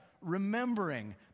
remembering